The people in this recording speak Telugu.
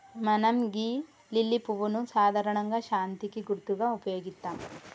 మనం గీ లిల్లీ పువ్వును సాధారణంగా శాంతికి గుర్తుగా ఉపయోగిత్తం